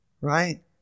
Right